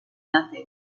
nothing